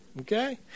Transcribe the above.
Okay